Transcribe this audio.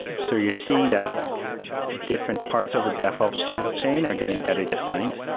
so you're seeing that different parts of the devops tool chain are getting better defi and